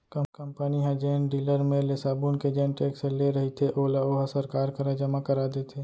company ह जेन dealer मेर ले साबून के जेन टेक्स ले रहिथे ओला ओहा सरकार करा जमा करा देथे